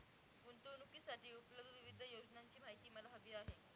गुंतवणूकीसाठी उपलब्ध विविध योजनांची माहिती मला हवी आहे